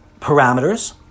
parameters